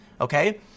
Okay